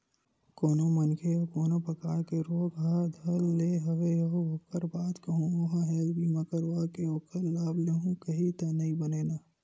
कोनो मनखे ल कोनो परकार के रोग ह धर ले हवय अउ ओखर बाद कहूँ ओहा हेल्थ बीमा करवाके ओखर लाभ लेहूँ कइही त नइ बनय न